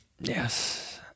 Yes